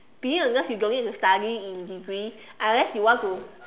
being a nurse you don't need to study in degree unless you want to